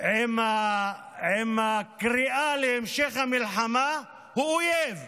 עם קריאה להמשך המלחמה הוא אויב,